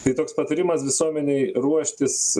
tai toks patarimas visuomenei ruoštis